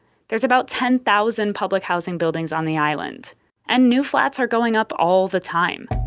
there's about ten thousand public housing buildings on the island and new flats are going up all the time.